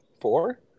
four